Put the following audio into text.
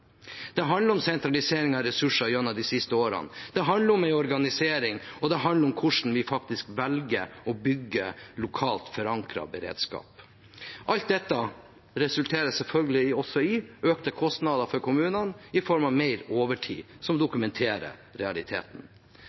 Det handler om sentralisering av ressurser gjennom de siste årene, det handler om organisering, og det handler om hvordan vi faktisk velger å bygge lokalt forankret beredskap. Alt dette resulterer selvfølgelig også i økte kostnader for kommunene, i form av mer overtid, som dokumenterer realiteten.